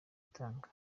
itanga